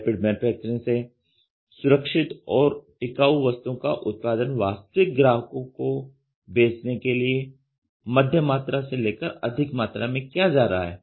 rapid manufacturing से सुरक्षित और टिकाऊ वस्तुओं का उत्पादन वास्तविक ग्राहकों को बेचने के लिए मध्यम मात्रा से लेकर अधिक मात्रा में किया जा रहा है